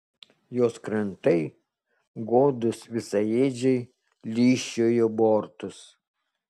jos krantai godūs visaėdžiai lyžčiojo bortus